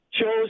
chose